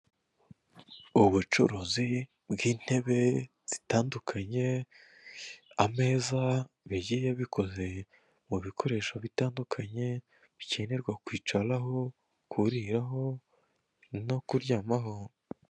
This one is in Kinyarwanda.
Ubucuruzi bw'intebe zitandukanye, ameza bigiye bikoze mubikoresho bitandukanye bikenerwa kwicaraho, kuriraho no kuryamaho.